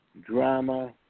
drama